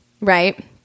Right